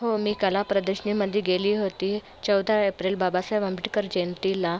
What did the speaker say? हो मी कला प्रदर्शनीमध्ये गेली होती चौदा एप्रिल बाबासाहेब आंबेडकर जयंतीला